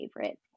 favorite